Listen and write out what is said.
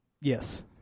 Yes